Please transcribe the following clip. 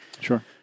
Sure